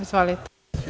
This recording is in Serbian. Izvolite.